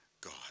God